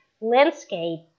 landscape